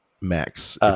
max